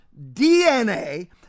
DNA